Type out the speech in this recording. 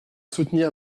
soutenir